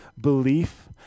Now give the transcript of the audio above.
belief